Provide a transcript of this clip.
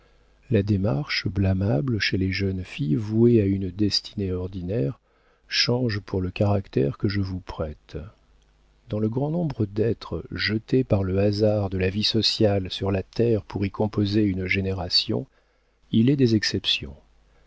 la démarche blâmable chez les jeunes filles vouées à une destinée ordinaire change pour le caractère que je vous prête dans le grand nombre d'êtres jetés par le hasard de la vie sociale sur la terre pour y composer une génération il est des exceptions